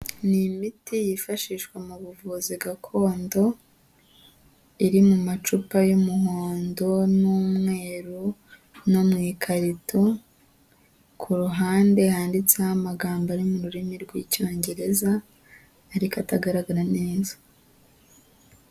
Ni imiti yifashishwa mu buvuzi gakondo, iri mu macupa y'umuhondo n'umweru no mu ikarito, ku ruhande handitseho amagambo ari mu rurimi rw'icyongereza ariko atagaragara neza.